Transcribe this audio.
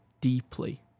deeply